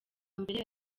mbere